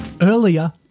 Earlier